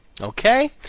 Okay